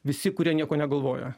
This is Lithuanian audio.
visi kurie nieko negalvoja